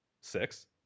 Six